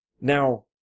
Now